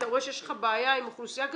אתה רואה שיש לך בעיה עם אוכלוסייה כזאת?